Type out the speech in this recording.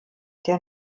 der